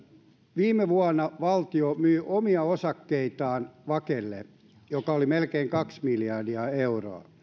viime vuonna valtio myi omia osakkeitaan vakelle mikä oli melkein kaksi miljardia euroa